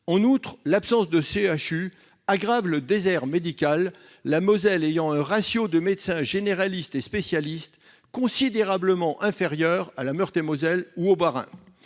En outre, l'absence de CHU aggrave le désert médical, la Moselle ayant un ratio de médecins généralistes et spécialistes considérablement inférieur à la Meurthe-et-Moselle ou au Bas-Rhin.